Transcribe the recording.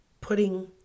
pudding